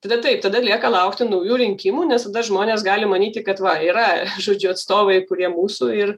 tada taip tada lieka laukti naujų rinkimų nes tada žmonės gali manyti kad va yra žodžiu atstovai kurie mūsų ir